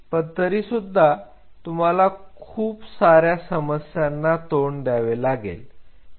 पण तरीसुद्धा तुम्हाला खूप सारा समस्यांना तोंड द्यावे लागते